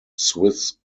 swiss